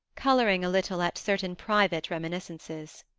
colouring a little at certain private reminiscences.